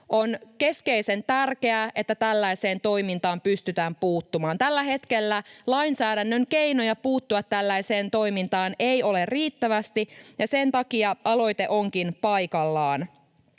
On keskeisen tärkeää, että tällaiseen toimintaan pystytään puuttumaan. Tällä hetkellä lainsäädännön keinoja puuttua tällaiseen toimintaan ei ole riittävästi, ja sen takia aloite onkin paikallaan.